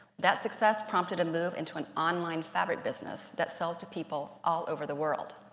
that success prompted a move into an online fabric business that sells to people all over the world.